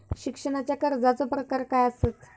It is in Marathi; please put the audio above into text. शिक्षणाच्या कर्जाचो प्रकार काय आसत?